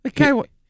Okay